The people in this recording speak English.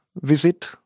visit